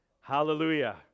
Hallelujah